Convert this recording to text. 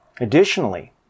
Additionally